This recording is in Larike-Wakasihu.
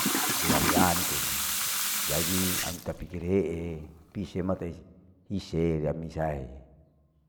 Riya mi a nikome, jadi iami tapikir hee, pisie ma tai hise ria misai.